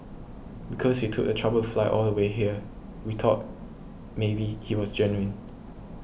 because he took the trouble fly all the way here we thought maybe he was genuine